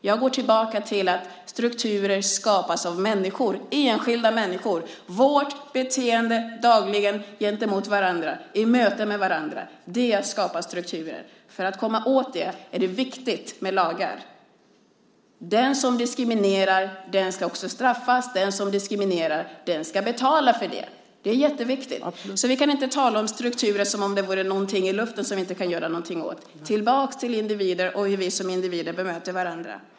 Jag går tillbaka till att strukturer skapas av människor, enskilda människor. Vårt beteende dagligen gentemot varandra och i möten med varandra skapar strukturer. För att komma åt denna diskriminering är det viktigt med lagar. Den som diskriminerar ska också straffas. Den som diskriminerar ska betala för det. Det är jätteviktigt. Vi kan därför inte tala om strukturer som om det vore någonting i luften som vi inte kan göra någonting åt. Tillbaka till individer och hur vi som individer bemöter varandra.